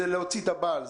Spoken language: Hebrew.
זה להוציא את הבעל.